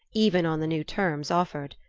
even on the new terms offered.